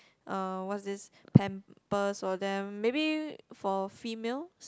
uh what's this pampers for them maybe for females